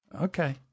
okay